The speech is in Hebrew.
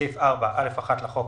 בסעיף 4א(1) לחוק,